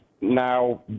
now